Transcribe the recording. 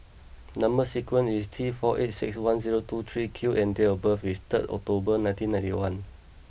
number sequence is T four eight six one zero two three Q and date of birth is third October nineteen ninety one